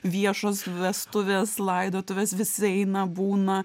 viešos vestuvės laidotuvės visi eina būna